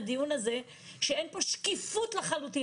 אין פה שקיפות לחלוטין,